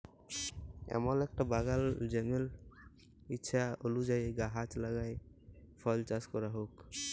এমল একটা বাগাল জেমল ইছা অলুযায়ী গাহাচ লাগাই ফল চাস ক্যরা হউক